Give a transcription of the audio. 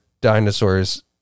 dinosaurs